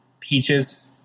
Peaches